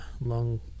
long